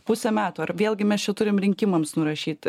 pusę metų ar vėlgi mes čia turim rinkimams nurašyti